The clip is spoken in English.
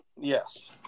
Yes